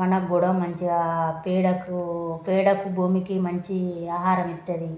మనకి కూడా మంచిగా పేడకు పేడకు భూమికి మంచి ఆహరం ఇస్తుంది